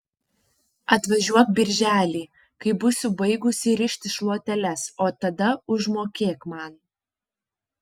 atvažiuok birželį kai būsiu baigusi rišti šluoteles o tada užmokėk man